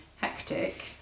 hectic